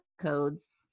codes